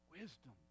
Wisdom